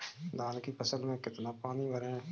धान की फसल में कितना पानी भरें?